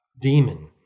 demon